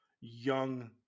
young